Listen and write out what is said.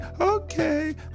Okay